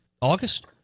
August